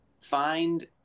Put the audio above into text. find